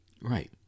Right